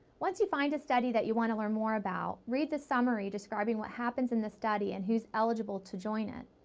once you find a study that you want to learn more about, read the summary describing what happens in the study and who's eligible to join it.